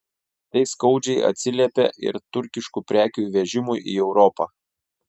tai skaudžiai atsiliepia ir turkiškų prekių įvežimui į europą